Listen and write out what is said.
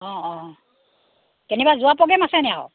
অঁ অঁ কেনিবা যোৱা প্ৰগ্ৰেম আছে নেকি আকৌ